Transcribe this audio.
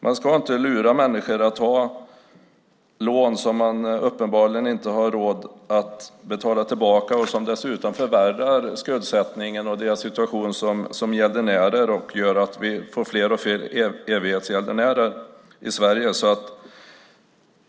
Man ska inte lura människor att ta lån som de uppenbarligen inte har råd att betala tillbaka, som dessutom förvärrar skuldsättningen och situationen för gäldenärerna och som gör att vi får fler och fler evighetsgäldenärer i Sverige.